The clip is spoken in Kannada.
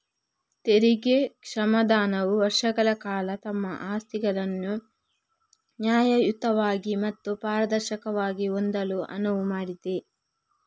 ತೆರಿಗೆ ಕ್ಷಮಾದಾನವು ವರ್ಷಗಳ ಕಾಲ ತಮ್ಮ ಆಸ್ತಿಗಳನ್ನು ನ್ಯಾಯಯುತವಾಗಿ ಮತ್ತು ಪಾರದರ್ಶಕವಾಗಿ ಹೊಂದಲು ಅನುವು ಮಾಡಿದೆ